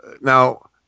now